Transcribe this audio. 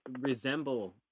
resemble